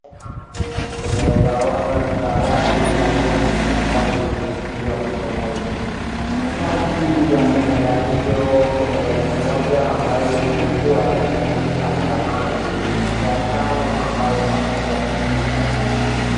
Huku unaeza ona sarafu za noti ambazo zimeshikiliwa mkononi, kati ya mihela hiyo kuna elfu moja ambazo zilikua zinatumika zamani, mia tano ambayo mpaka sasa hivi unatumika.